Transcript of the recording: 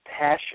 passion